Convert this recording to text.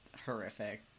horrific